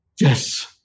Yes